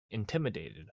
intimidated